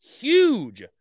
huge